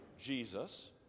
Jesus